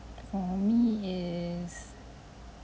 for me is